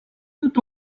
tout